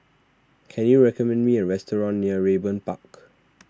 can you recommend me a restaurant near Raeburn Park